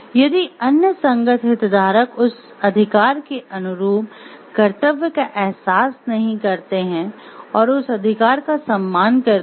यदि अन्य संगत हितधारक उस अधिकार के अनुरूप कर्तव्य का एहसास नहीं करते हैं और उस अधिकार का सम्मान करते हैं